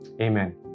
Amen